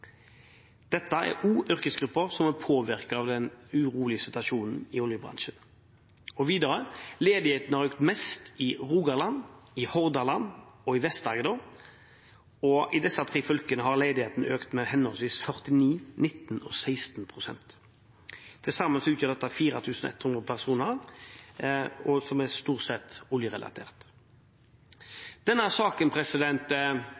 Dette er også yrkesgrupper som er påvirket av den urolige situasjonen i oljebransjen. Ledigheten har økt mest i Rogaland, Hordaland og i Vest-Agder. I disse tre fylkene har ledigheten økt med henholdsvis 49, 19 og 16 pst. Til sammen utgjør dette 4 100 personer, som stort sett er i oljerelatert arbeid. Denne saken